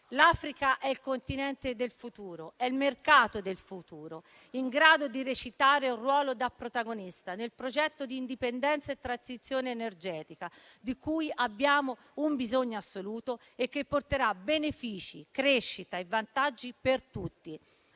L'Africa è il Continente del futuro, è il mercato del futuro, in grado di recitare un ruolo da protagonista nel progetto di indipendenza e transizione energetica di cui abbiamo un bisogno assoluto e che porterà benefici, crescita e vantaggi per tutti,